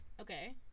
Okay